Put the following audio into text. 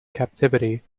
captivity